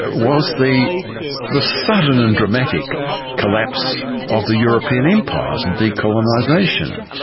was the the sudden and dramatic collapse of the european empires, and decolonisation.